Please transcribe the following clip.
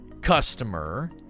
customer